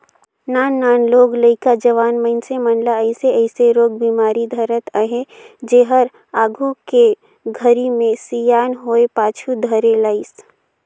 नान नान लोग लइका, जवान मइनसे मन ल अइसे अइसे रोग बेमारी धरत अहे जेहर आघू के घरी मे सियान होये पाछू धरे लाइस